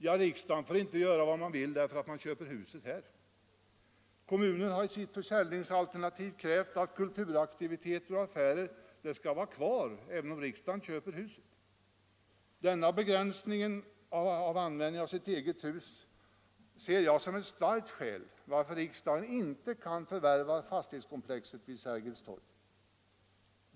Ja, riksdagen får inte heller göra vad den vill om den köper huset. Kommunen har i sitt försäljningsalternativ krävt att kulturaktiviteter och affärer skall vara kvar, även om riksdagen köper huset. Denna begränsning av användningen av sitt eget hus ser jag som ett starkt skäl till att riksdagen inte kan förvärva fastighetskomplexet vid Sergels torg.